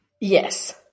Yes